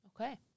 Okay